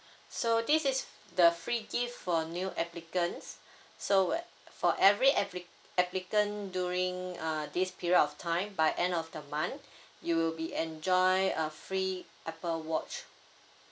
so this is the free gift for new applicants so we~ for every appli~ applicant during uh this period of time by end of the month you'll be enjoy a free apple watch